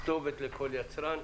כתובת לכל יצרן.